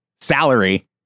salary